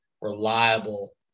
reliable